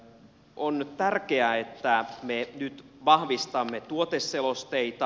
on tärkeää että me nyt vahvistamme tuoteselosteita